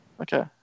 Okay